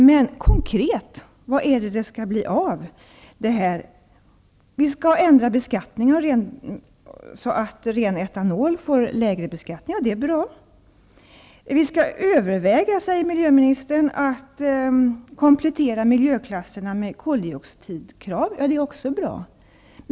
Men vad skall det rent konkret bli av dessa mål? Beskattningen på ren etanol skall bli lägre, och det är bra. Miljöministern sade att man skall överväga att komplettera miljöklasserna med koldioxidkrav, vilket också är bra.